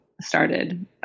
started